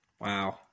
Wow